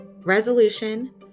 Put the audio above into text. resolution